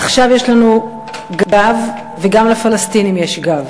עכשיו יש לנו גב וגם לפלסטינים יש גב.